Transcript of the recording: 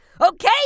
Okay